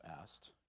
asked